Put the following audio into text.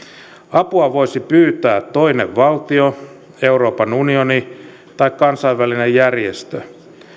apua voisi pyytää toinen valtio euroopan unioni tai kansainvälinen järjestö